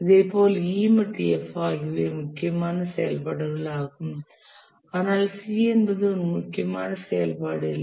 இதேபோல் E மற்றும் F ஆகியவை முக்கியமான செயல்பாடுகளாகும் ஆனால் C என்பது ஒரு முக்கியமான செயல்பாடு இல்லை